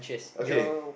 okay